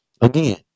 again